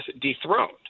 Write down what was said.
dethroned